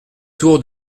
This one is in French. tour